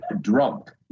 drunk